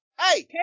Hey